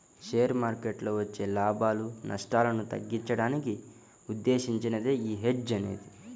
share మార్కెట్టులో వచ్చే లాభాలు, నష్టాలను తగ్గించడానికి ఉద్దేశించినదే యీ హెడ్జ్ అనేది